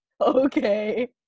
Okay